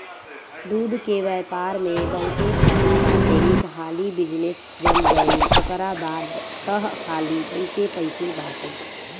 दूध के व्यापार में बहुते फायदा बाटे एक हाली बिजनेस जम गईल ओकरा बाद तअ खाली पइसे पइसे बाटे